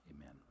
Amen